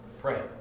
pray